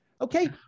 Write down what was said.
Okay